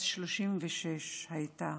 בת 36 הייתה.